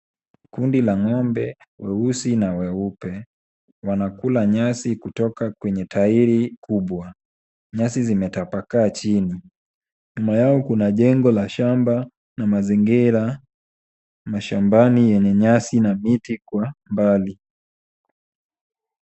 Kundi la ng'ombe weusi na weupe, wanakula nyasi kutoka kwenye tairi kubwa, nyasi zimetapakaa chini. Nyuma yao kuna jengo la shamba na mazingira mashambani yenye nyasi na miti kwa mbali.